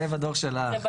זה היה בדור שלך.